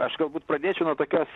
aš galbūt pradėčiau nuo tokios